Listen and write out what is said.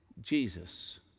Jesus